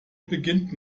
beginnt